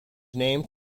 named